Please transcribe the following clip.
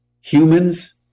Humans